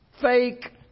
fake